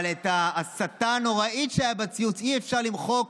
אבל את ההסתה הנוראית שהייתה בציוץ אי-אפשר למחוק,